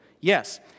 Yes